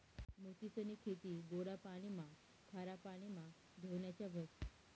मोतीसनी खेती गोडा पाणीमा, खारा पाणीमा धोनीच्या व्हस